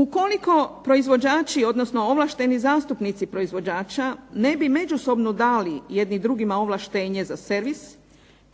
Ukoliko proizvođači, odnosno ovlašteni zastupnici proizvođača ne bi međusobno dali jedni drugim ovlaštenje za servis